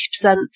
80%